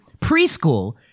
preschool